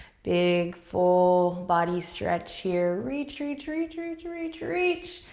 big full body stretch here. reach, reach, reach, reach, reach, reach,